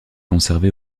conservé